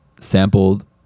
sampled